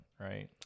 Right